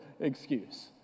excuse